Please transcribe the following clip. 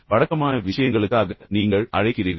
எனவே வழக்கமான விஷயங்கள் நீங்கள் யாரையாவது அழைக்கிறீர்கள்